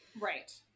Right